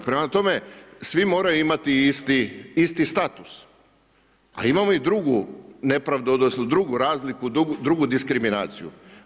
Prema tome svi moraju imati isti status, a imamo i drugu nepravdu odnosno drugu razliku, drugu diskriminaciju.